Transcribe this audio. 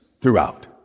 throughout